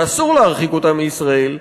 שאסור להרחיק אותם מישראל,